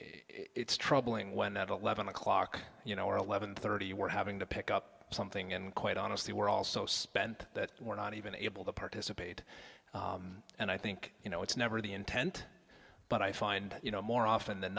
it's troubling when at eleven o'clock you know eleven thirty we're having to pick up something and quite honestly we're all so spent that we're not even able to participate and i think you know it's never the intent but i find you know more often than